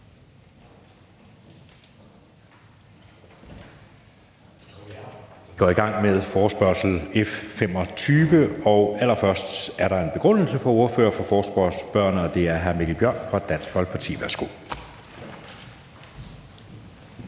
Vi går nu i gang, og allerførst er der en begrundelse fra ordføreren for forespørgerne, og det er hr. Mikkel Bjørn fra Dansk Folkeparti. Værsgo.